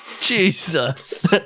Jesus